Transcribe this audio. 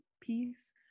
piece